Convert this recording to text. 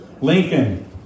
Lincoln